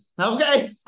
Okay